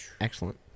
Excellent